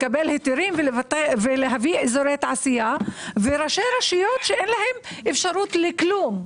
לקבל היתרים והביא אזורי תעשייה ויש ראשי רשויות שאין להם אפשרות לכלום.